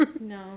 No